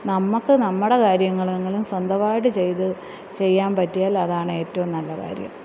നമുക്ക് നമ്മുടെ കാര്യങ്ങളെങ്കിലും സ്വന്തമായിട്ട് ചെയ്ത് ചെയ്യാന് പറ്റിയാലതാണേറ്റവും നല്ല കാര്യം